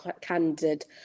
candid